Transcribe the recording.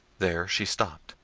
there she stopped,